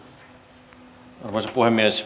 arvoisa puhemies